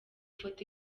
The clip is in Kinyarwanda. foto